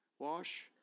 Wash